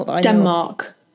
Denmark